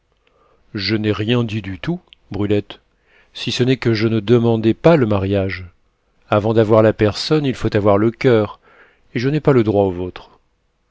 je n'ai rien dit du tout brulette si ce n'est que je ne demandais pas le mariage avant d'avoir la personne il faut avoir le coeur et je n'ai pas droit au vôtre